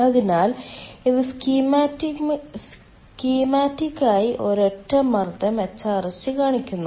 അതിനാൽ ഇത് സ്കീമാറ്റിക് ആയി ഒരൊറ്റ മർദ്ദം HRSG കാണിക്കുന്നു